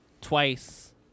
twice